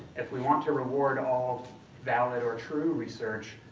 if we want to reward all valid or true research,